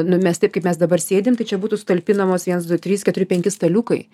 nu mes taip kaip mes dabar sėdim tai čia būtų sutalpinamos vienas du trys keturi penki staliukai